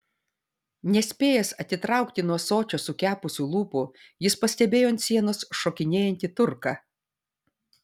nespėjęs atitraukti nuo ąsočio sukepusių lūpų jis pastebėjo ant sienos šokinėjantį turką